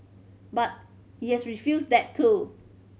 but he has refused that too